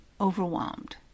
overwhelmed